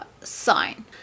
sign